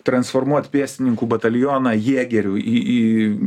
transformuot pėstininkų batalioną jėgerių į į